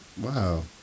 Wow